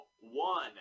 one